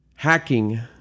hacking